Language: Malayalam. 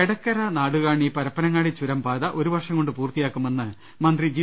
എടക്കര നാടുകാണി പരപ്പനങ്ങാടി ചുരം പാത ഒരു വർഷം കൊണ്ട് പൂർത്തിയാക്കുമെന്ന് മന്ത്രി ജി